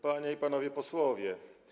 Panie i Panowie Posłowie!